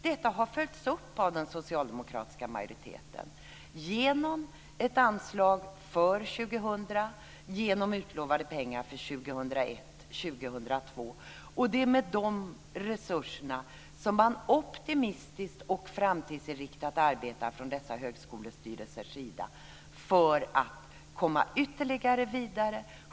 Detta har följts upp av den socialdemokratiska majoriteten genom ett anslag för 2000, genom utlovade pengar för 2001 och 2002. Det är med de resurserna som man optimistiskt och framtidsinriktat arbetar från dessa högskolestyrelser för att komma vidare.